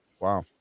Wow